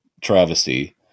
travesty